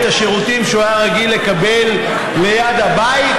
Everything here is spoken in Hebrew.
השירותים שהוא היה רגיל לקבל ליד הבית?